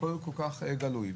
והכול כל כך גלוי,